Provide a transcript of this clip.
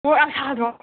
ꯃꯣꯔꯣꯛ ꯌꯥꯝꯅ ꯁꯥꯗ꯭ꯔꯣ